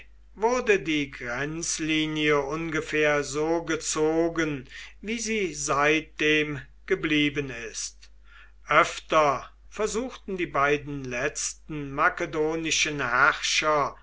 wurde die grenzlinie ungefähr so gezogen wie sie seitdem geblieben ist öfter versuchten die beiden letzten makedonischen herrscher